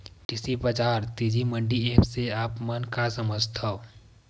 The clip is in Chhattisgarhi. कृषि बजार तेजी मंडी एप्प से आप मन का समझथव?